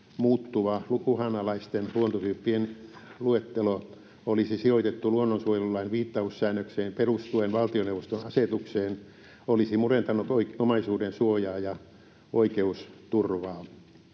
muuttuva uhanalaisten luontotyyppien luettelo olisi sijoitettu luonnonsuojelulain viittaussäännökseen perustuen valtioneuvoston asetukseen, olisi murentanut omaisuudensuojaa ja oikeusturvaa.